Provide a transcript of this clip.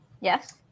Yes